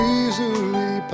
easily